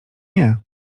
nie